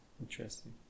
Interesting